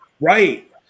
right